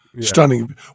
stunning